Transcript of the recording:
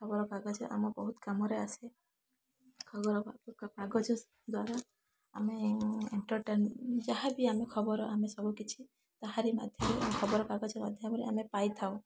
ଖବରକାଗଜ ଆମ ବହୁତ କାମରେ ଆସେ ଖବରକାଗଜ ଦ୍ୱାରା ଆମେ ଏଣ୍ଟରଟେନ ଯାହା ବି ଆମେ ଖବର ଆମେ ସବୁ କିଛି ତାହାରି ମାଧ୍ୟମରେ ଖବରକାଗଜ ମାଧ୍ୟମରେ ଆମେ ପାଇଥାଉ